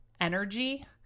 energy